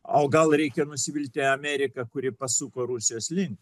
o gal reikia nusivilti amerika kuri pasuko rusijos link